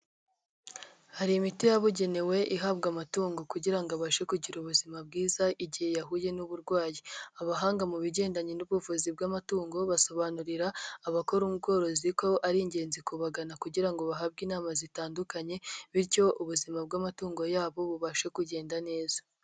Hari imiti yabugenewe ihabwa amatungo kugira ngo abashe kugira ubuzima bwiza igihe yahuye n’uburwayi. Abahanga mu bigendanye n'ubuvuzi bw'amatungo basobanurira abakora ubworozi ko ari ingenzi kubagana kugira ngo bahabwe inama zitandukanye, bityo ubuzima bw'amatungo yabo bubashe kugenda neza.